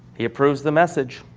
he approves the message.